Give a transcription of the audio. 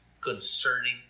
concerning